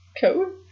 code